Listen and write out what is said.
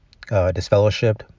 disfellowshipped